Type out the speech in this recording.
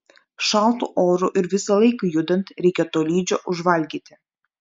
šaltu oru ir visąlaik judant reikia tolydžio užvalgyti